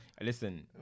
Listen